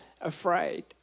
afraid